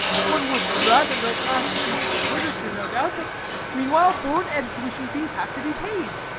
one would rather write masterpieces of literature no doubt but meanwhile board and tuition fees have to be paid.